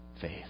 faith